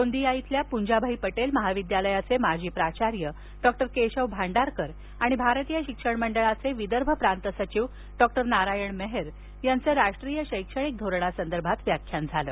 गोंदिया इथल्या प्जाभाई पटेल महाविद्यालयाचे माजी प्राचार्य डॉक्टर केशव भांडारकर आणि भारतीय शिक्षण मंडळाचे विदर्भ प्रांत सचिव डॉक्टर नारायण मेहर यांचं राष्ट्रीय शैक्षणिक धोरणासंदर्भात व्याख्यान झालं